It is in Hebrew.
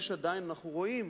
יש עדיין, אנחנו רואים